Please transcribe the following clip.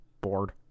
bored